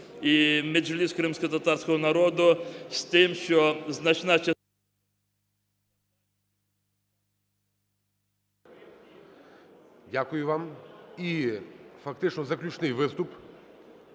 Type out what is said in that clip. Дякую вам. І фактично заключний виступ